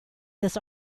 this